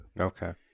Okay